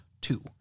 two